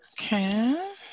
Okay